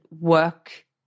work